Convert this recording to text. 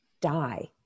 die